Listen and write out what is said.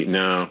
no